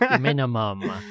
Minimum